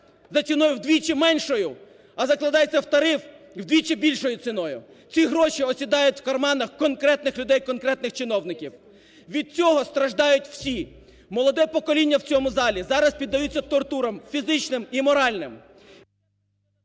за ціною вдвічі меншою, а закладається в тариф вдвічі більшою ціною. Ці гроші осідають в карманах конкретних людей, конкретних чиновників. Від цього страждають всі, молоде покоління в цьому залі зараз піддаються тортурам, фізичним і моральним...